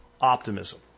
optimism